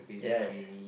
yes